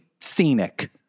scenic